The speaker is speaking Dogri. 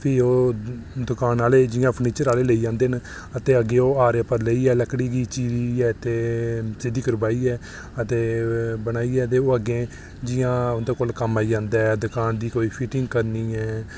फ्ही ओह् दकान आह्ले फर्नीचर आह्ले लेई जंदे न ते अग्गें ओह् आरे पर लेइयै लकड़ी चीरियै ते सिद्धी करवाइयै ते बनाइयै ते ओह् अग्गें जियां उंदे कोल कम्म आई जंदा ऐ ते दकान दी कोई फिटिंग करनी ऐ